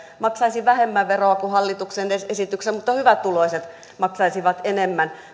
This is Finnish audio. maksaisivat vähemmän veroa kuin hallituksen esityksessä mutta hyvätuloiset maksaisivat enemmän